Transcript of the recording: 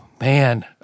man